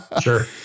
Sure